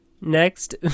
Next